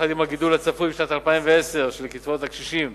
יחד עם הגידול הצפוי בשנת 2010 של קצבאות הקשישים